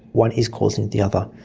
one is causing the other.